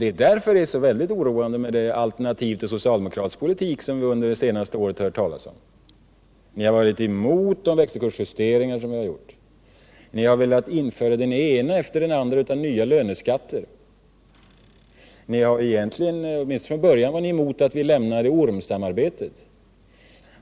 Det är därför som det alternativ av socialdemokratisk politik som vi under det senaste året hört talas om är så oroande. Ni har varit emot de växelkursjusteringar som vi har gjort. Ni har velat införa den ena nya löneskatten efter den andra. Åtminstone från början var ni emot att vi lämnade ormsamarbetet.